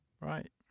right